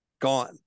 gone